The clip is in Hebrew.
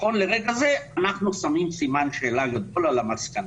נכון לרגע זה אנחנו שמים סימן שאלה גדול על המסקנות.